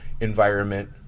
environment